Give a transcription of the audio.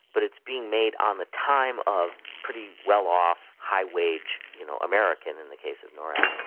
but it's being made on the time of pretty well off, high wage you know americans in the case of norath.